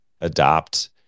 adopt